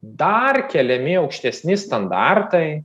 dar keliami aukštesni standartai